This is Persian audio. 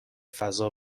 فضا